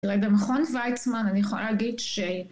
אולי במכון וייצמן אני יכולה להגיד ש...